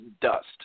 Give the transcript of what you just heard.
dust